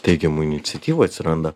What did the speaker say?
teigiamų iniciatyvų atsiranda